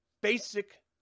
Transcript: basic